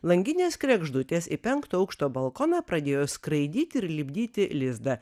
langinės kregždutės į penkto aukšto balkoną pradėjo skraidyti ir lipdyti lizdą